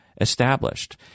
established